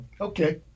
Okay